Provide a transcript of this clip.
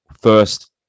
first